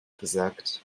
gesagt